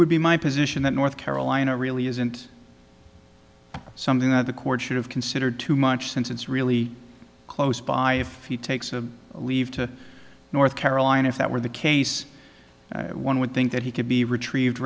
would be my position that north carolina really isn't something that the court should have considered too much since it's really close by if he takes a leave to north carolina if that were the case one would think that he could be retrieved